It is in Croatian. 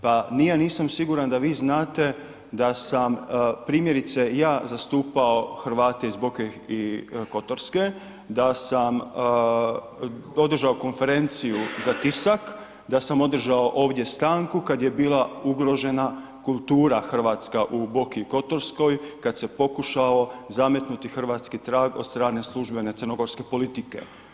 Pa ni ja nisam da vi znate da sam primjerice ja zastupao Hrvate iz Boke kotorske, da sam održao konferenciju za tisak, da sam održao ovdje stanku kad je bila ugrožena kultura hrvatska u Boki kotorskoj, kad se pokušalo zametnuti hrvatski trag od strane službene crnogorske politike.